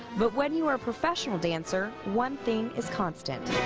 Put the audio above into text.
but when you're a professional dancer, one thing is constant.